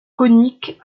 conique